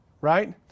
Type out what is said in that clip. right